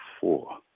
four